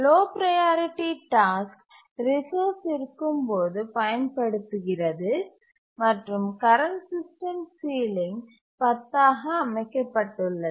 low priority task resource இருக்கும்போது பயன்படுத்துகிறது மற்றும் கரண்ட் சிஸ்டம் சீலிங் 10 ஆக அமைக்கப்பட்டுள்ளது